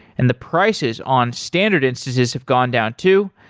and the prices on standard instances have gone down too.